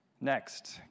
Next